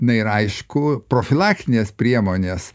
na ir aišku profilaktinės priemonės